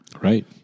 Right